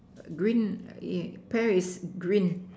green ya pear is green